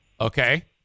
Okay